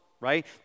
right